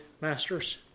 masters